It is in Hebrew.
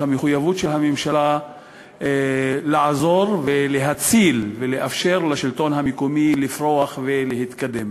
המחויבות של הממשלה לעזור ולהציל ולאפשר לשלטון המקומי לפרוח ולהתקדם.